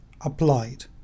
applied